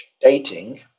dating